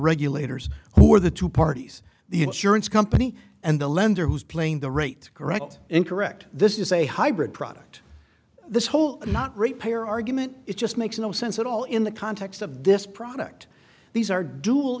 regulators who are the two parties the insurance company and the lender who's playing the rates correct incorrect this is a hybrid product this whole not ratepayer argument it just makes no sense at all in the context of this product these are d